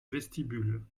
vestibule